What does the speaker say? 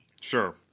Sure